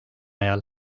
ajal